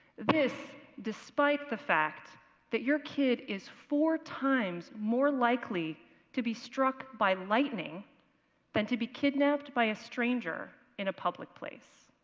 this, despite the fact that your kid is four times more likely to be struck by lightning than to be kidnapped by a stranger in a public place.